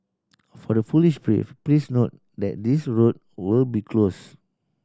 for the foolish brave please note that these road will be closed